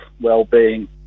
well-being